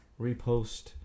repost